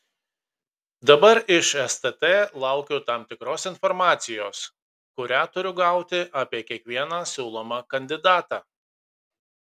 dabar iš stt laukiu tam tikros informacijos kurią turiu gauti apie kiekvieną siūlomą kandidatą